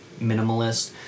minimalist